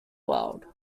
world